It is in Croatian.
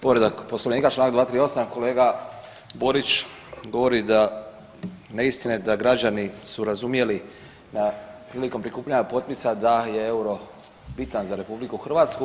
Povreda Poslovnika članak 238. kolega Borić govori neistine da građani su razumjeli da prilikom prikupljanja potpisa da je euro bitan za RH.